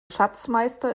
schatzmeister